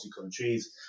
countries